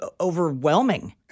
Overwhelming